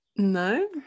No